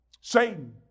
Satan